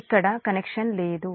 ఇక్కడ కనెక్షన్ లేదు